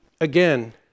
again